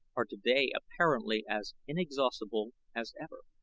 are today apparently as inexhaustible as ever.